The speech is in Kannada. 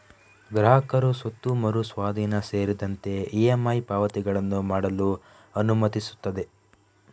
ಗ್ರಾಹಕರು ಸ್ವತ್ತು ಮರು ಸ್ವಾಧೀನ ಸೇರಿದಂತೆ ಇ.ಎಮ್.ಐ ಪಾವತಿಗಳನ್ನು ಮಾಡಲು ಅನುಮತಿಸುತ್ತದೆ